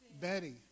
Betty